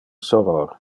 soror